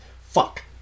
Fuck